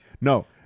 No